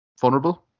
vulnerable